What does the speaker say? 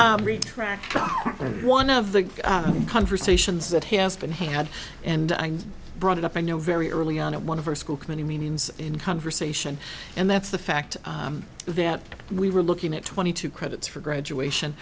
on one of the conversations that has been had and i brought it up i know very early on one of our school committee meetings in conversation and that's the fact that we were looking at twenty two credits for graduation